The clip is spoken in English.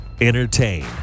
Entertain